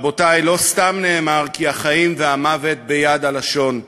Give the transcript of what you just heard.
רבותי, לא סתם נאמר כי החיים והמוות ביד הלשון.